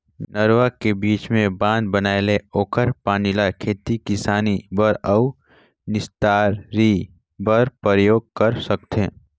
नरूवा के बीच मे बांध बनाये ले ओखर पानी ल खेती किसानी बर अउ निस्तारी बर परयोग कर सकथें